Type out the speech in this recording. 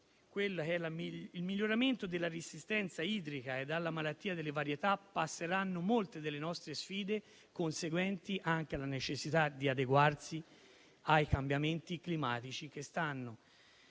dal miglioramento della resistenza idrica e dalla malattia delle varietà passeranno molte delle nostre sfide conseguenti anche alla necessità di adeguarsi ai cambiamenti climatici, che stanno